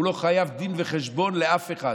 הוא לא חייב דין וחשבון לאף אחד,